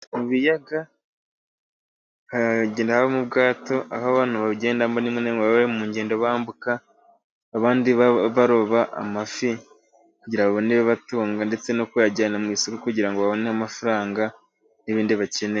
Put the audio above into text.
Mu biyaga hagenda habamo ubwato, aho abantu babugendamo rimwe na rimwe baba bari mu ngendo bambuka, abandi baroba amafi kugira ngo babone ibibatunga ndetse no kuyajyana mu isoko, kugira ngo babone amafaranga n'ibindi bakenera.